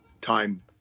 time